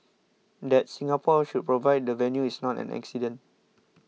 that Singapore should provide the venue is not an accident